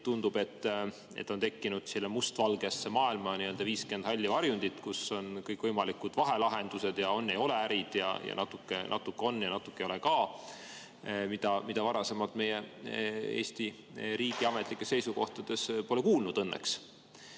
tundub, et on tekkinud sinna mustvalgesse maailma viiskümmend halli varjundit, kus on kõikvõimalikud vahelahendused, on või ei ole ärid, natuke on ja natuke ei ole ka, mida varem meie Eesti riigi ametlikes seisukohtades pole kuulnud õnneks.